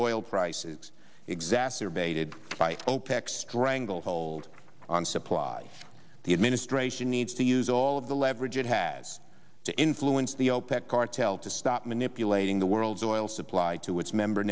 oil prices exacerbated by opec stranglehold on supply the administration needs to use all of the leverage it has to influence the opec cartel to stop manipulating the world's oil supply to its member